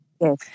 Yes